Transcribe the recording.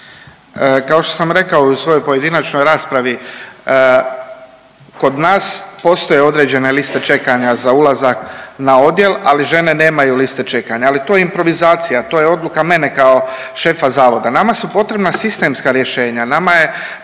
Kao što sam rekao i u svojoj pojedinačnoj raspravi kod nas postoje određene liste čekanja za ulazak na odjel, ali žene nemaju liste čekanja, ali to je improvizacija to je odluka mene kao šefa zavoda. Nama su potrebna sistemska rješenja, nama je